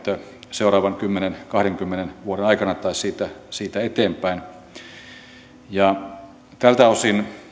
seuraavan kymmenen viiva kahdenkymmenen vuoden aikana tai siitä siitä eteenpäin tältä osin